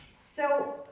so